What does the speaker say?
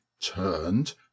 turned